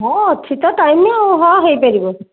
ହଁ ଅଛି ତ ଟାଇମ୍ ଆଉ ହଁ ହେଇପାରିବ